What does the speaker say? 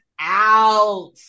out